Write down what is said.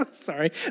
sorry